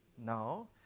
Now